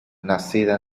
nacida